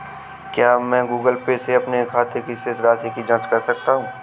क्या मैं Google Pay से अपने खाते की शेष राशि की जाँच कर सकता हूँ?